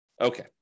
Okay